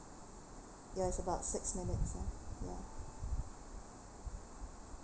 ya it's about six minute ah ya